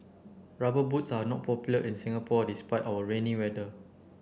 rubber boots are not popular in Singapore despite our rainy weather